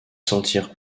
sentir